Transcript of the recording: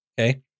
Okay